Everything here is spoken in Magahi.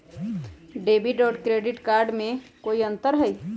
डेबिट और क्रेडिट कार्ड में कई अंतर हई?